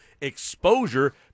exposure